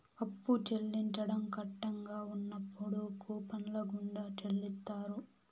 అప్పు చెల్లించడం కట్టంగా ఉన్నప్పుడు కూపన్ల గుండా చెల్లిత్తారు